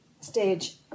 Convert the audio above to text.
stage